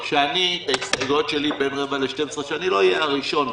שאני לא אהיה הראשון.